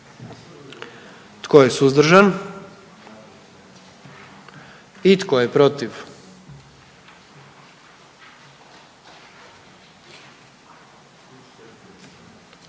Tko je suzdržan? I tko je protiv?